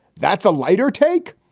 that's a lighter take.